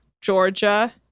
Georgia